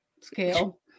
scale